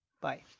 Bye